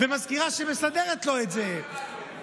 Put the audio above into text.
ומזכירה שמסדרת לו את זה.